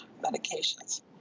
medications